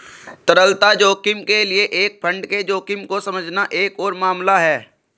तरलता जोखिम के लिए एक फंड के जोखिम को समझना एक और मामला है